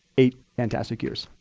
eight fantastic years.